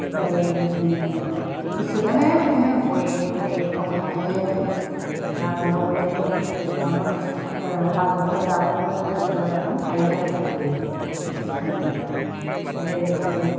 ओमफ्राय बिदिनो गोसोबानो बिदिनो गय थय खावनो हायो लामायाव बिदिनो माबा मोनसे हाब्रबनो जाब्रबनो गोसो जाबानो हायो आरोखि बे सिखाजों ओमफ्राय बिदिनो